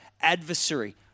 adversary